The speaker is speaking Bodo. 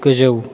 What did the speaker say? गोजौ